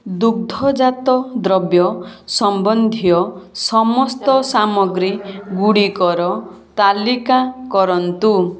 ଦୁଗ୍ଧଜାତ ଦ୍ରବ୍ୟ ସମ୍ବନ୍ଧୀୟ ସମସ୍ତ ସାମଗ୍ରୀଗୁଡ଼ିକର ତାଲିକା କରନ୍ତୁ